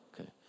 Okay